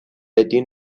الدین